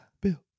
Bill